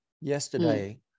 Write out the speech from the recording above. yesterday